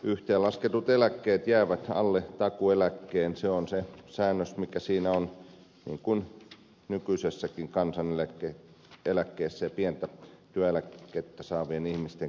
yhteenlasketut eläkkeet jäävät alle takuueläkkeen se on se säännös mikä siinä on niin kuin nykyisinkin kansaneläkettä ja pientä työeläkettä saavien ihmisten keskuudessa